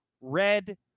red